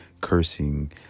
cursing